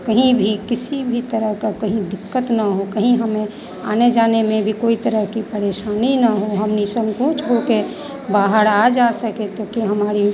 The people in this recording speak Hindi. कहीं भी किसी भी तरह का कहीं दिक़्क़त ना हो कहीं हमें आने जाने में भी कोई तरह की कोई परेशानी ना हो हम निसंकोच होकर बाहर आ जा सकें क्योंकि हमारी